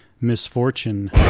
Misfortune